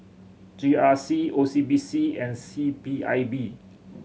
G R C O C B C and C P I B